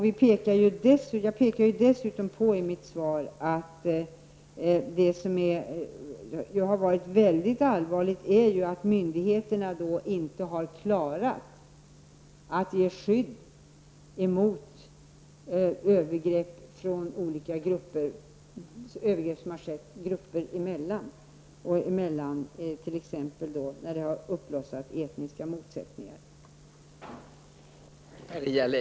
I mitt svar pekade jag dessutom på att det mycket allvarligt att myndigheterna inte har klarat att ge skydd emot övergrepp som skett mellan olika grupper, t.ex. när etniska motsättningar har blossat upp.